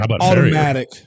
automatic